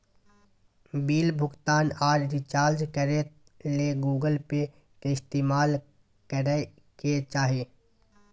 bill भुगतान आर recharge करे ले गूगल पे के इस्तेमाल करय के चाही